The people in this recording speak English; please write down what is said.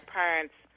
parents